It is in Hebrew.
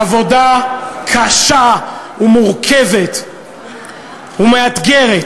עבודה קשה ומורכבת ומאתגרת,